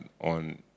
on